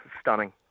stunning